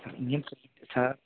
sir